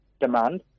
demand